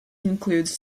includes